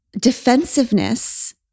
defensiveness